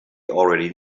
already